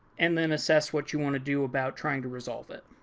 and then access what you want to do about trying to resolve it.